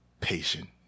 Patient